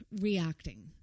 reacting